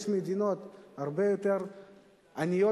יש מדינות הרבה יותר עניות,